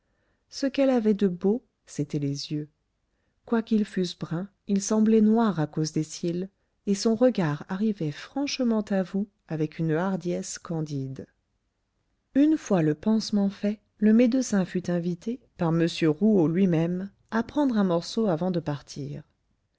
ce qu'elle avait de beau c'étaient les yeux quoiqu'ils fussent bruns ils semblaient noirs à cause des cils et son regard arrivait franchement à vous avec une hardiesse candide une fois le pansement fait le médecin fut invité par m rouault lui-même à prendre un morceau avant de partir